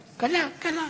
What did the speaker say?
קלה, קלה.